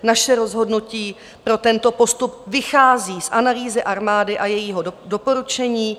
Naše rozhodnutí pro tento postup vychází z analýzy armády a jejího doporučení.